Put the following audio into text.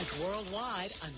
worldwide